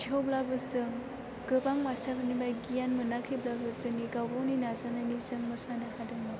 थेवब्लाबो जों गोबां मास्टार फोरनिफ्राय गियान मोनाखैब्लाबो जोंनि गावगावनि नाजानायनिजों मोसानो हादों